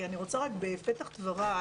אני רוצה רק בפתח דבריי,